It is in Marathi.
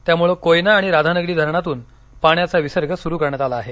त्यामुळे कोयना आणि राधानगरी धरणातून पाण्याचा विसर्ग सुरू करण्यात आला आहे